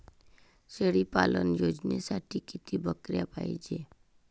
शेळी पालन योजनेसाठी किती बकऱ्या पायजे?